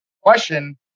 Question